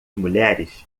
mulheres